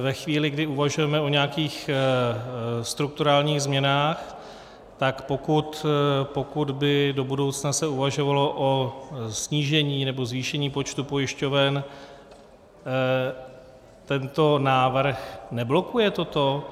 Ve chvíli, kdy uvažujeme o nějakých strukturálních změnách, tak pokud by se do budoucna uvažovalo o snížení nebo zvýšení počtu pojišťoven, tento návrh neblokuje toto?